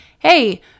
Hey